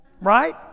right